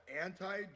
anti